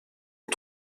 ont